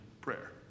prayer